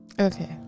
Okay